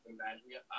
Imagine